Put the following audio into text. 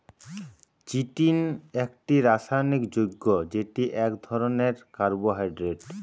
chitin একটি রাসায়নিক যৌগ্য যেটি এক ধরণের কার্বোহাইড্রেট